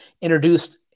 introduced